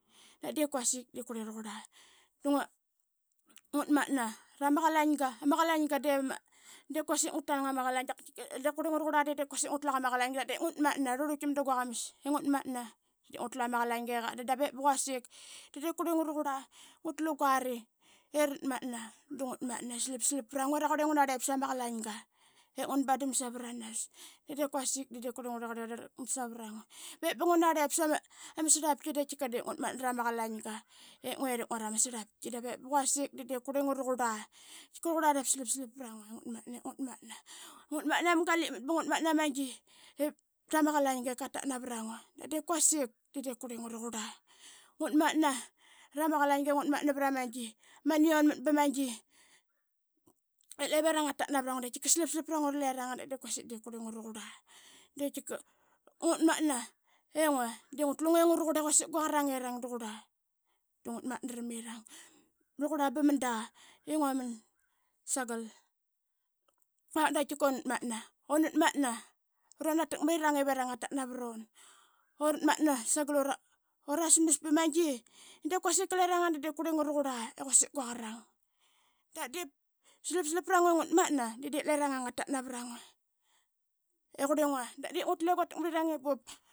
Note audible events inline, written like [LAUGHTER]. Da de kuasik de diip qurli ragurla da ngut manta rama qalainga. A ma qalainga de diip qurlingua raqurla de diip ngutanang aqa diip ngut manta i rluirluit tam da qua qamas i ngutmatna de de ngutlu ama qalainga i gat dan dave ba quasik de diip qurlingua raqurla. Ngutlu guari irat manta da ngut manta i slap slap pranguai raqurle ngunarlip sama qalainga ip ngun bandam savranas i diip quasik de diip rlaqarlak savrangua. Be ngunarlip sama srlaptki de qaitkika de ngut manta rama qalainga i nguara ma srlaptki davip quasik de de qurlingua. Raqurla dap slap slap prangua i ngut matna ma galip matki ba ngut manta ma gi tama qalainga i qatat navrangua da diip quasik de diip qurlinga raqurla. Ngut manta rama qalainga i ngut ma gia tama qalainga i qatat navrangua da diip quasik de diip qurlingua raqurla. Ngut matna rama qalainga i ngut matna ma gi. ama nionmat bama gi [HESITATION] ip levirang ngatat navrangua. Da qaitkika slap slap prangua ra liranga da de quasik. de diip qurlingua raqurla da ngut mat na. I ngua de ngutle ngua raqurla i quasik gua qarang taqurla da ngut matna ramirang. Braqurla ba mada i nguaman saman guak da qaitkik unatmatna. Untmatna runa takmrirana ivirang ngatat navrun da uratmatra sagal urasmas ba magi i de quasik liranga de de qulingua raqurla i guaqarang. Dap diip slap slap prangua i ngut manta de diip liranga ngatat navarangua i qurlingua da ngutle quatak marirang i bup.